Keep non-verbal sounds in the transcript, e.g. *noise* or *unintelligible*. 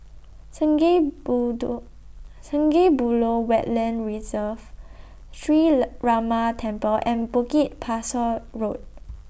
Sungei *unintelligible* Sungei Buloh Wetland Reserve Sree *unintelligible* Ramar Temple and Bukit Pasoh Road